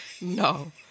No